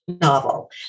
novel